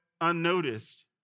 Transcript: unnoticed